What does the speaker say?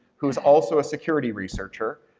who's also a security researcher,